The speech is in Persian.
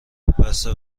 بسته